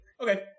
Okay